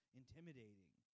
intimidating